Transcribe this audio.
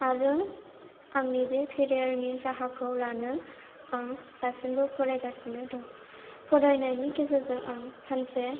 आरो आंनि बे केरियारनि राहाखौ लानो आं दासिमबो फरायगासिनो दं फरायनायनि गेजेरजों आं सानसे